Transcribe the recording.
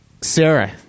Sarah